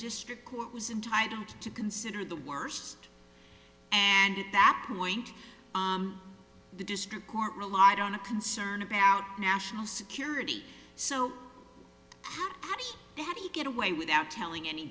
district court was entitle to consider the worst and at that point the district court relied on a concern about national security so how do you get away without telling any